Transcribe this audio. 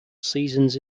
seasons